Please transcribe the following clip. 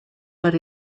but